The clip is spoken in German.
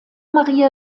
maria